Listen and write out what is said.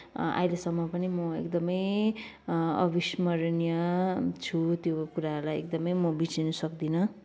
अहिलेसम्म पनि म एकदमै अविस्मरणीय छु त्यो कुरालाई एकदमै म बिर्सिन सक्दिनँ